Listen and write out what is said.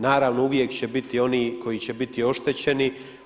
Naravno, uvijek će biti onih koji će biti oštećeni.